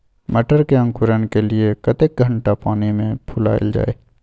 मटर के अंकुरण के लिए कतेक घंटा पानी मे फुलाईल जाय?